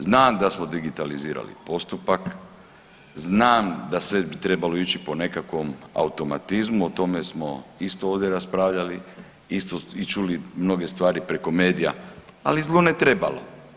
Znam da smo digitalizirali postupak, znam da sve bi trebalo ići po nekakvom automatizmu o tome smo isto ovdje raspravljali i čuli mnoge stvari preko medija, ali zlu ne trebalo.